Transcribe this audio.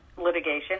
Litigation